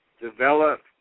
Develop